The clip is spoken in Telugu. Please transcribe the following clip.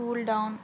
కూల్డౌన్